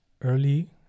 early